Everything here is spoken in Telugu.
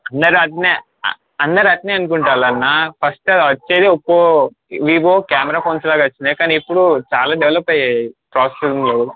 అందరు అట్లే అందరూ అట్లే అనుకుంటారు అన్న ఫస్ట్ అది వచ్చేది ఒప్పో వివో కెమెరా ఫోన్స్ లాగా వచ్చినాయి కానీ ఇప్పుడు చాల డెవలప్ అయ్యాయి ప్రోసెస్సింగ్లో